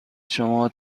شما